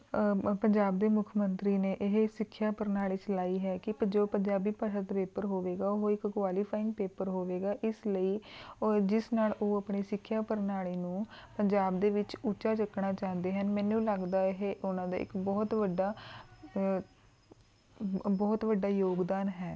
ਪੰਜਾਬ ਦੇ ਮੁੱਖ ਮੰਤਰੀ ਨੇ ਇਹ ਸਿੱਖਿਆ ਪ੍ਰਣਾਲੀ ਚਲਾਈ ਹੈ ਕਿ ਜੋ ਪੰਜਾਬੀ ਭਾਸ਼ਾ ਦਾ ਪੇਪਰ ਹੋਵੇਗਾ ਉਹ ਇੱਕ ਕੁਆਲੀਫਾਇੰਗ ਪੇਪਰ ਹੋਵੇਗਾ ਇਸ ਲਈ ਉਹ ਜਿਸ ਨਾਲ ਉਹ ਆਪਣੀ ਸਿੱਖਿਆ ਪ੍ਰਣਾਲੀ ਨੂੰ ਪੰਜਾਬ ਦੇ ਵਿੱਚ ਉੱਚਾ ਚੁੱਕਣਾ ਚਾਹੁੰਦੇ ਹਨ ਮੈਨੂੰ ਲੱਗਦਾ ਇਹ ਉਨ੍ਹਾਂ ਦਾ ਇੱਕ ਬਹੁਤ ਵੱਡਾ ਬ ਬਹੁਤ ਵੱਡਾ ਯੋਗਦਾਨ ਹੈ